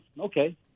okay